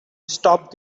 stop